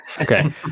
okay